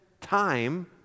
time